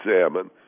salmon